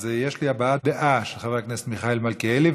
אז יש הבעת דעה של חבר הכנסת מיכאל מלכיאלי,